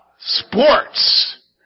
Sports